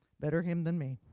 better him than me.